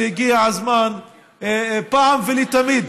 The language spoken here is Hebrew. שהגיע הזמן לסיים אותה אחת ולתמיד.